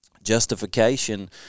justification